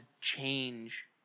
change